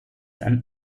and